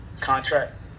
contract